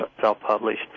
self-published